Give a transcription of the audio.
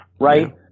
right